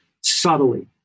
subtly